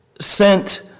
sent